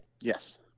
Yes